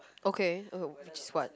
okay oh which is what